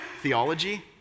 theology